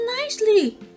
nicely